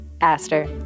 Aster